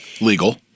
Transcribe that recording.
Legal